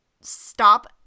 stop